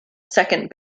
second